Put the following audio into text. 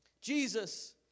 Jesus